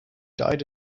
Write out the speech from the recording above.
died